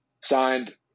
Signed